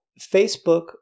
Facebook